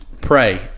pray